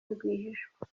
rwihishwa